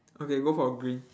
okay go for green